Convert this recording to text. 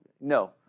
No